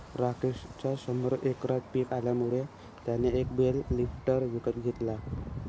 राकेशच्या शंभर एकरात पिक आल्यामुळे त्याने एक बेल लिफ्टर विकत घेतला